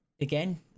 again